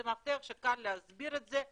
זה מפתח שקל להסביר אותו,